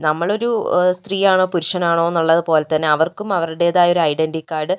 നമ്മൾ ഒരു സ്ത്രീ ആണോ പുരുഷൻ ആണോന്ന് ഉള്ളത് പോലെത്തന്നെ അവർക്കും അവരുടേതായ ഒര് ഐഡൻറ്റി കാർഡ്